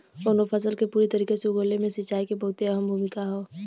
कउनो फसल के पूरी तरीके से उगले मे सिंचाई के बहुते अहम भूमिका हौ